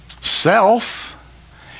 self